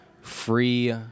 free